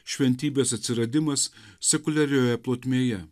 šventybės atsiradimas sekuliarioje plotmėje